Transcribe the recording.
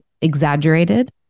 exaggerated